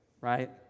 right